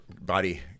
body